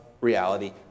reality